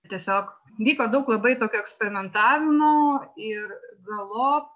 tiesiog vyko daug labai tokio eksperimentavimo ir galop